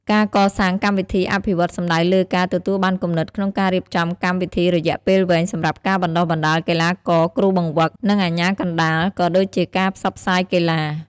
ការកសាងកម្មវិធីអភិវឌ្ឍន៍សំដៅលើការ ទទួលបានគំនិតក្នុងការរៀបចំកម្មវិធីរយៈពេលវែងសម្រាប់ការបណ្តុះបណ្តាលកីឡាករ គ្រូបង្វឹក និងអាជ្ញាកណ្តាល ក៏ដូចជាការផ្សព្វផ្សាយកីឡា។